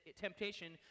temptation